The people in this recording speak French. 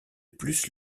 plus